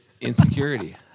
insecurity